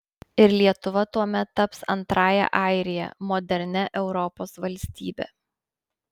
ir lietuva tuomet taps antrąja airija modernia europos valstybe